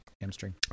hamstring